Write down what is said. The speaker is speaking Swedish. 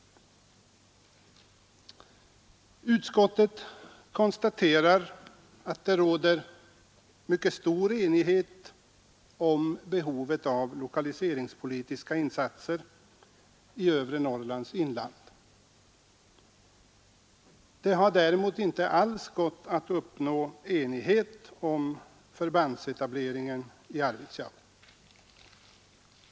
Utskottet konstaterar, att det råder stor enighet om behovet av lokaliseringspolitiska insatser i Övre Norrlands inland. Det har däremot inte gått att uppnå enighet om förbandsetableringen i Arvidsjaur.